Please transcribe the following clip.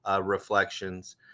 reflections